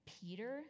Peter